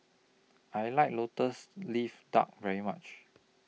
I like Lotus Leaf Duck very much